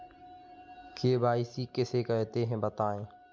KYC किसे कहते हैं बताएँ?